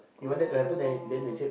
oh